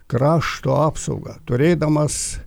krašto apsaugą turėdamas